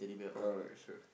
alright sure